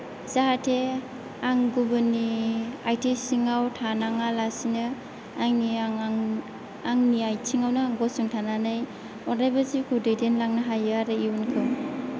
जाहाथे आं गुबुननि आथिं सिङाव थानाङा लासेनो आंनि आं आं आंनि आथिङावनो आं गसं थानानै अरायबो जिउखौ दैदेन लांनो हायो आरो इउनखौ